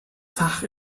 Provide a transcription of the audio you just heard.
fach